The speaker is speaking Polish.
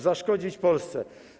Zaszkodzić Polsce.